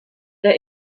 der